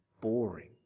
boring